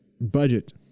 budget